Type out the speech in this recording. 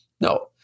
No